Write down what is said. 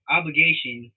obligation